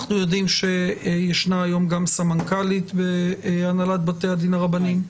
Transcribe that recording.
אנחנו יודעים שישנה היום גם סמנכ"לית בהנהלת בתי הרבניים.